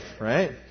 right